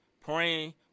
praying